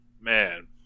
Man